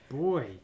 boy